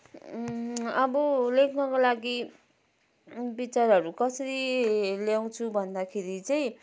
अब लेख्नको लागि विचारहरू कसरी ल्याउँछु भन्दाखेरि चाहिँ